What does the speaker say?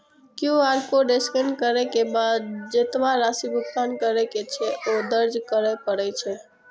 QR code scan करै के बाद जेतबा राशि भुगतान करै के छै, ओ दर्ज करय पड़ै छै